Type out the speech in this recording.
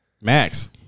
Max